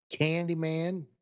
Candyman